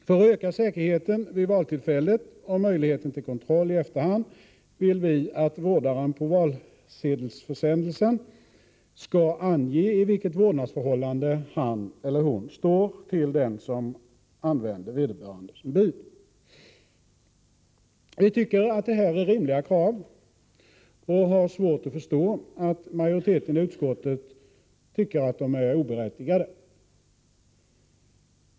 För att öka säkerheten vid valtillfället och möjligheten till kontroll i efterhand vill vi att vårdaren på valsedelsförsändelsen skall ange i vilket vårdnadsförhållande han eller hon står till den som använder vederbörande som bud. Vi tycker att detta är rimliga krav och har svårt att förstå att majoriteten i utskottet tycker att de är oberättigade.